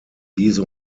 diese